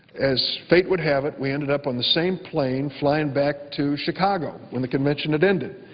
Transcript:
as fate would have it, we ended up on the same plane flying back to chicago when the convention had ended.